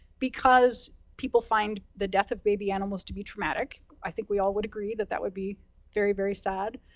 because people find the death of baby animals to be traumatic. i think we all would agree, that that would be very, very, sad.